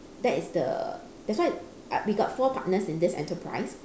that is the that's why I we got four partners in this enterprise